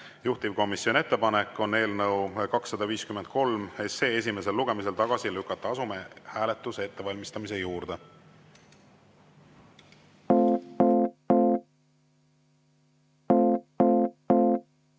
Juhtivkomisjoni ettepanek on eelnõu 253 esimesel lugemisel tagasi lükata. Asume hääletuse ettevalmistamise juurde.